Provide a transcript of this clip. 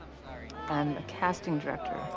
i'm a casting director.